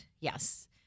Yes